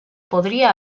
podría